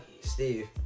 Steve